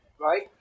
Right